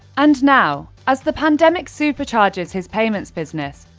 and now, as the pandemic supercharges his payments business,